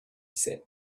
said